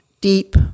deep